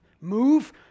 Move